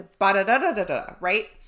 right